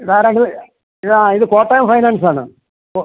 ഇതാരാണ് ഇത് ആ കോട്ടയം ഫൈനാൻസ് ആണ് ഓ